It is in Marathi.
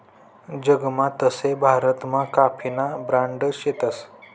जगमा तशे भारतमा काफीना ब्रांड शेतस